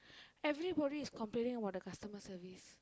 everybody is complaining about the customer service